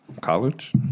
college